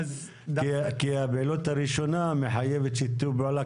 כי הפעילות הראשונה מחייבת שיתוף פעולה